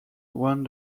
one